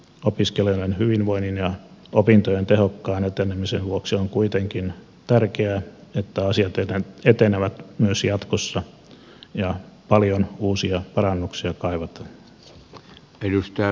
opiskelijoiden hyvinvoinnin ja opintojen tehokkaan etenemisen vuoksi on kuitenkin tärkeää että asiat etenevät myös jatkossa ja paljon uusia parannuksia kaivataan